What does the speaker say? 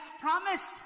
promised